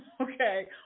okay